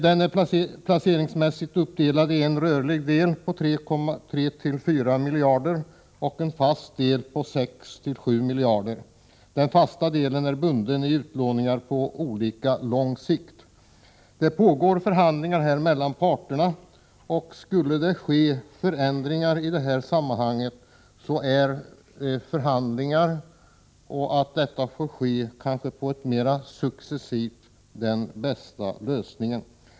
Den är placeringsmässigt uppdelad i en rörlig del på 3-4 miljarder och en fast del på 6-7 miljarder. Den fasta delen är bunden i utlåning på olika lång sikt. Det pågår förhandlingar om ett nytt avtal mellan parterna. Skulle det ske förändringar i detta sammanhang är den bästa lösningen att det sker successivt.